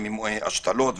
השתלות,